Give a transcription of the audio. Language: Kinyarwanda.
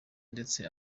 ndetse